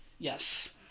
Yes